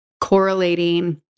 correlating